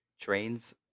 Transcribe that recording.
trains